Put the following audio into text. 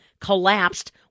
collapsed